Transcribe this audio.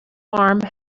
farm